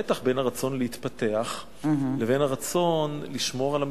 זה המתח בין הרצון להתפתח לבין הרצון לשמור על המציאות.